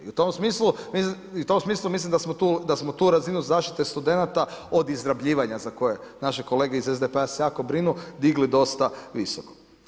I u tom smislu mislim da smo tu razinu zaštite studenta od izrabljivanja za koje naše kolege iz SDP-a se jako brinu, digli dosta visoko.